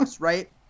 right